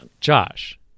josh